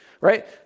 right